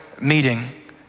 meeting